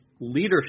leadership